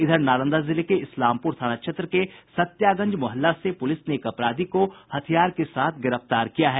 इधर नालंदा जिले के इस्लामपुर थाना के सत्यागंज मुहल्ला से पुलिस ने एक अपराधी को हथियार के साथ गिरफ्तार किया है